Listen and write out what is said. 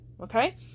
Okay